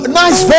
nice